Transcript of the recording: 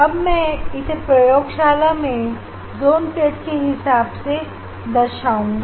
अब मैं इसे प्रयोगशाला में जोन प्लेट के हिसाब से दर्शआऊंगा